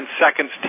seconds